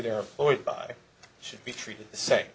they are floyd by should be treated the same